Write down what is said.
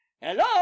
Hello